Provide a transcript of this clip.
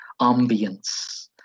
ambience